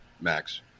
Max